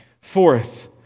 Fourth